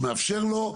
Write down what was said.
שמאפשר לו.